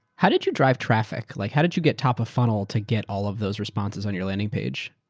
how did you drive traffic? like how did you get top-of-funnel to get all of those responses on your landing page?